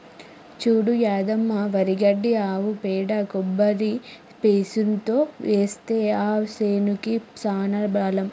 చూడు యాదమ్మ వరి గడ్డి ఆవు పేడ కొబ్బరి పీసుతో ఏస్తే ఆ సేనుకి సానా బలం